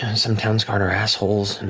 some townsguard are assholes